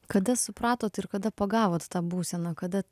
kada supratot ir kada pagavot tą būseną kada